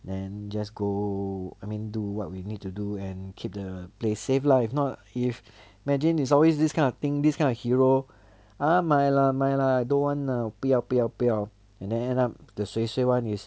then just go I mean do what we need to do and keep the place safe lah if not if imagine is always this kind of thing this kind of hero ah mai lah mai lah don't want lah 不要不要不要 and then end up the suay suay [one] is